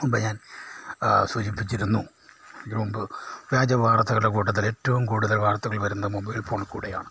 മുമ്പ് ഞാൻ സൂചിപ്പിച്ചിരുന്നു ഇതിന് മുമ്പ് വ്യാജ വാർത്തകളുടെ കൂട്ടത്തിൽ ഏറ്റവും കൂടുതൽ വാർത്തകൾ വരുന്ന മൊബൈൽ ഫോണിൽ കൂടെയാണ്